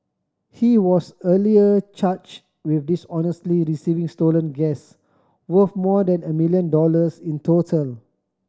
he was earlier charged with dishonestly receiving stolen gas worth more than a million dollars in total